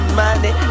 money